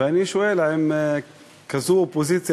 ואני שואל: עם כזאת אופוזיציה,